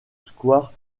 square